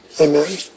Amen